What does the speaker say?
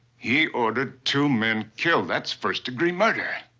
he ordered two men killed. that's first-degree murder!